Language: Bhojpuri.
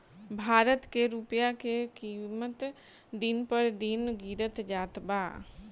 भारत के रूपया के किमत दिन पर दिन गिरत जात बा